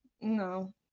No